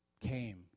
came